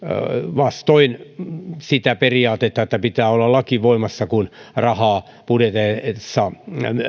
vastoin sitä periaatetta että pitää olla laki voimassa kun rahaa budjeteissa